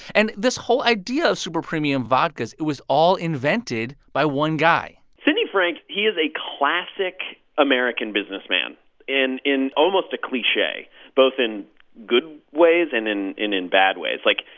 and this whole idea of super-premium vodka it was all invented by one guy sidney frank he is a classic american businessman in in almost a cliche both in good ways and in in bad ways. like,